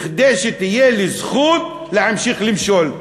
כדי שתהיה לי זכות להמשיך למשול.